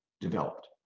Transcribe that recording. developed